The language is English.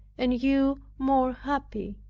and you more happy.